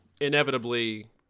inevitably